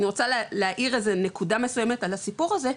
אני רוצה להעיר איזה נקודה מסוימת על הסיפור הזה,